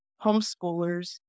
homeschoolers